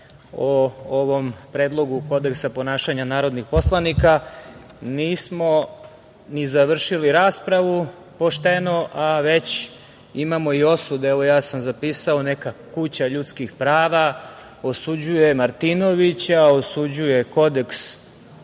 o ovom Predlogu kodeksa ponašanja narodnih poslanika, nismo ni završili raspravu pošteno, a već imamo i osude. Evo, zapisao sam neka „Kuća ljudskih prava“ osuđuje Martinovića, osuđuje Kodeks